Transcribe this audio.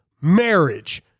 marriage